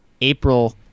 April